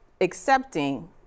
accepting